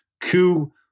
coup